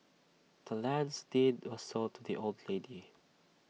the land's deed was sold to the old lady